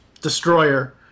Destroyer